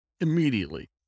Immediately